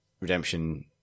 Redemption